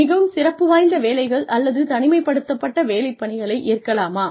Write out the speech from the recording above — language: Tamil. மிகவும் சிறப்பு வாய்ந்த வேலைகள் அல்லது தனிமைப்படுத்தப்பட்ட வேலைப் பணிகளை ஏற்கலாமா